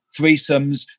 threesomes